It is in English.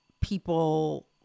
people